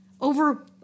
over